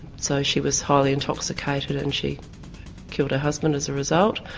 so she was highly intoxicated and she killed her husband as a result.